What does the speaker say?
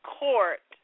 court